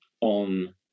on